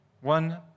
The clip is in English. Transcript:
One